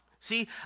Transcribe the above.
See